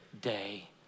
day